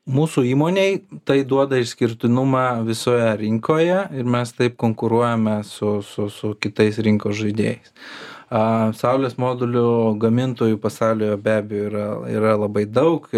mūsų įmonei tai duoda išskirtinumą visoje rinkoje ir mes taip konkuruojame su su su kitais rinkos žaidėjais a saulės modulių gamintojų pasaulyje be abejo yra yra labai daug